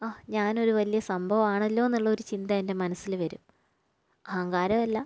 ആഹ് ഞാനൊരു വലിയ സംഭവമാണല്ലോ എന്നൊരു ചിന്ത എൻ്റെ മനസ്സിൽ വരും അഹങ്കാരമല്ല